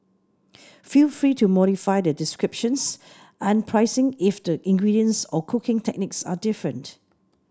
feel free to modify the descriptions and pricing if the ingredients or cooking techniques are different